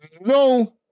no